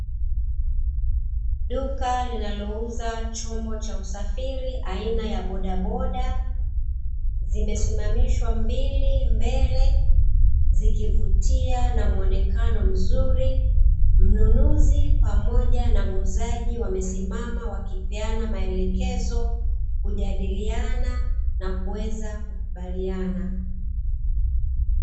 Duka linalouza chombo cha usafiri aina ya bodaboda, zimesimamishwa mbili mbele zikivutia na muonekano mzuri mnunuzi pamoja na muuzaji wamesimama wakipeana maelekezo, kujadiliana na kuweza kukubaliana.